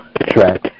track